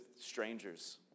strangers